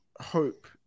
hope